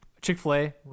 Chick-fil-A